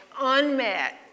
unmet